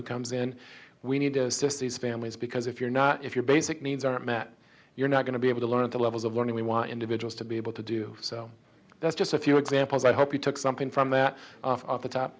who comes in we need to assist these families because if you're not if your basic needs are met you're not going to be able to learn the levels of learning we want individuals to be able to do so that's just a few examples i hope you took something from that off the top